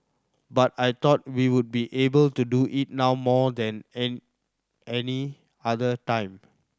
but I thought we would be able to do it now more than an any other time